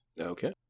Okay